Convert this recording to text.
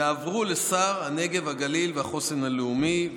יעברו לשר הנגב, הגליל והחוסן הלאומי.